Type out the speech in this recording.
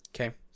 Okay